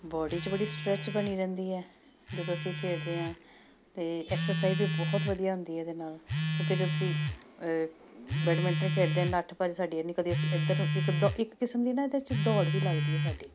body 'ਚ ਬੜੀ stretch ਬਣੀ ਰਹਿੰਦੀ ਹੈ ਜਦੋਂ ਅਸੀਂ ਖੇਡਦੇ ਹਾਂ ਅਤੇ ਐਕਸਰਸਾਈਜ਼ ਵੀ ਬਹੁਤ ਵਧੀਆ ਹੁੰਦੀ ਹੈ ਇਹਦੇ ਨਾਲ ਕਿਉਂਕਿ ਜੋ ਤੁਸੀਂ ਬੈਡਮਿੰਟਨ ਖੇਡਦੇ ਨੱਠ ਭੱਜ ਸਾਡੀ ਐਨੀ ਕਦੇ ਅਸੀਂ ਇੱਧਰ ਨੂੰ ਇੱਕ ਦ ਇੱਕ ਕਿਸਮ ਦੀ ਨਾ ਇਹਦੇ 'ਚ ਦੌੜ ਵੀ ਲੱਗਦੀ ਹੈ ਸਾਡੀ